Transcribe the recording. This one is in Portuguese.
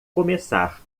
começar